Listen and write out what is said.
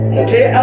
okay